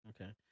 Okay